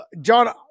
John